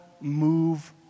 move